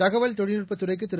தகவல் தொழில்நுட்பத் துறைக்குதிரு